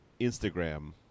Instagram